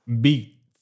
beat